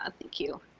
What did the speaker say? ah thank you,